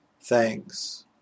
Thanks